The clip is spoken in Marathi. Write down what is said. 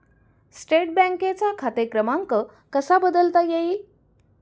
स्टेट बँकेचा खाते क्रमांक कसा बदलता येईल?